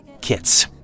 Kits